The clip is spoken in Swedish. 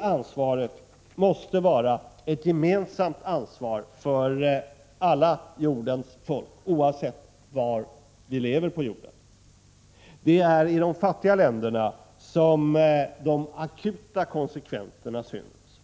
Ansvaret måste vara gemensamt för alla jordens folk, oavsett var folken lever. Det är i de fattiga länderna som de akuta konsekvenserna syns.